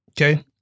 Okay